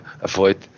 avoid